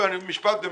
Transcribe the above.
משפט אחרון.